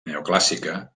neoclàssica